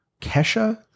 Kesha